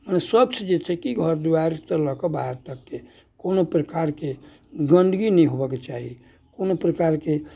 मने स्वच्छ जे छै कि घर दुआरिसँ लऽ के बाहर तकके कोनो प्रकारके गन्दगी नहि होबऽ के चाही कोनो प्रकारके